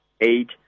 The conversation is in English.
eight